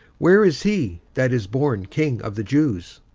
where is he that is born king of the jews?